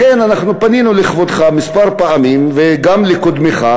לכן פנינו לכבודו מספר פעמים וגם לקודמך,